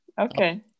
Okay